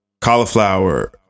Cauliflower